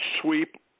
sweep